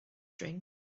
drink